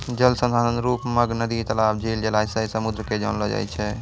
जल संसाधन रुप मग नदी, तलाब, झील, जलासय, समुन्द के जानलो जाय छै